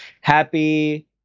happy